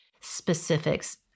specifics